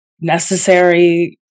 necessary